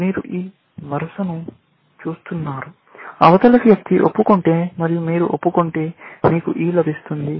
మీరు ఈ వరుసను చూస్తున్నారు అవతలి వ్యక్తి ఒప్పుకుంటే మరియు మీరు ఒప్పుకుంటే మీకు E లభిస్తుంది